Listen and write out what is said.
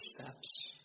steps